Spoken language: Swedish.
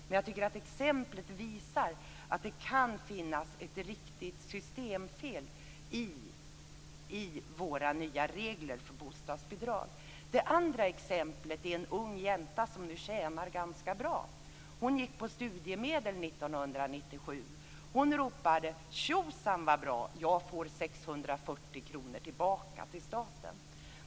Men jag tycker att exemplet visar att det kan finnas ett allvarligt systemfel i våra nya regler för bostadsbidrag. Det andra exemplet gäller en ung jänta som nu tjänar ganska bra. Hon gick på studiemedel 1997. Hon ropade: Tjosan, vad bra! Jag får 640 kr tillbaka av staten.